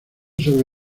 sobre